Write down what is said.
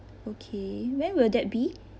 okay when will that be